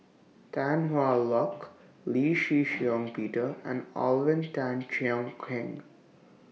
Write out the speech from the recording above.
Tan Hwa Luck Lee Shih Shiong Peter and Alvin Tan Cheong Kheng